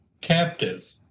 captive